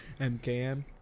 Mkm